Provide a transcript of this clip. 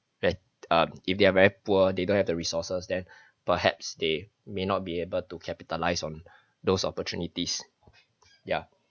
that uh if they are very poor they don't have the resources then perhaps they may not be able to capitalize on those opportunities ya